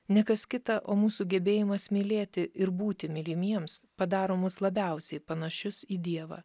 ne kas kita o mūsų gebėjimas mylėti ir būti mylimiems padaro mus labiausiai panašius į dievą